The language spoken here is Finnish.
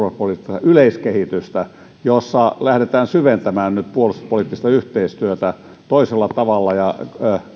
turvallisuuspoliittista yleiskehitystä jossa lähdetään syventämään nyt puolustuspoliittista yhteistyötä toisella tavalla ja